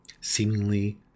Seemingly